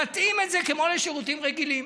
להתאים את זה לשירותים רגילים,